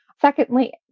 Secondly